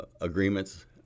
agreements